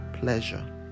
pleasure